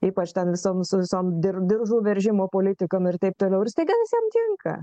ypač ten visom su visom dir diržų veržimo politikom ir taip toliau ir staiga visiem tinka